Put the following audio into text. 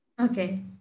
Okay